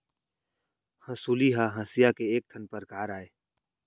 हँसुली ह हँसिया के एक ठन परकार अय